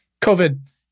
COVID